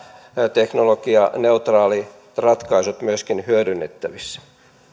teknologianeutraalit ratkaisut olisivat varmaan myöskin hyödynnettävissä